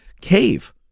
cave